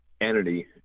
entity